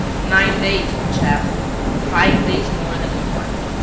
nine days, old chap five days more than we want.